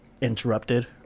interrupted